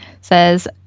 says